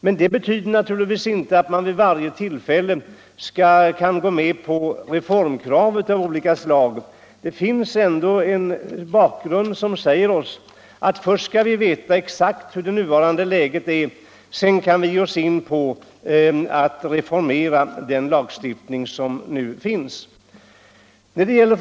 Men det betyder naturligtvis inte att man kan gå med på reformkrav av olika slag. Det finns ändå en bakgrund som säger oss att först skall vi veta exakt hur det nuvarande läget är — sedan kan vi ge oss in på att reformera den gällande lagstiftningen.